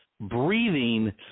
breathing